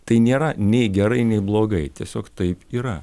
tai nėra nei gerai nei blogai tiesiog taip yra